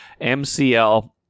MCL